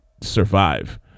survive